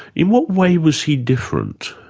in what way was he different?